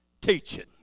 teaching